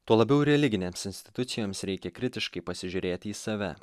tuo labiau religinėms institucijoms reikia kritiškai pasižiūrėti į save